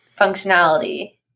functionality